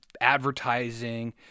advertising